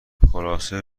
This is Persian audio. خلاصه